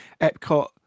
Epcot